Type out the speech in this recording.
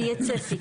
שיהיה צפי.